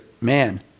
man